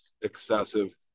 excessive